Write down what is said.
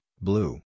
blue